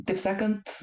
taip sakant